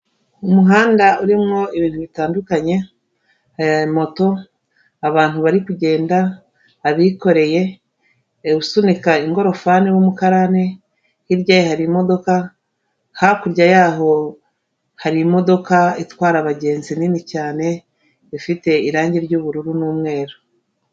Umuhanda urimo ibintu bitandukanye: moto, abantu bari kugenda, abikoreye, usunika ingorofani w'umukarani, hiryaye hari imodoka, hakurya yaho hari imodoka itwara abagenzi nini cyane ifite irangi ry'ubururu n'umweru.